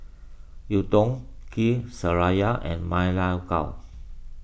Lontong Kuih Syara and Ma Lai Gao